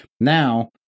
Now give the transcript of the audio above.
Now